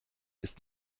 ist